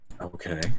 okay